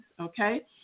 okay